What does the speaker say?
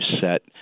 set